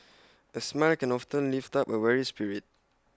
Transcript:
A smile can often lift up A weary spirit